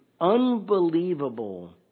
unbelievable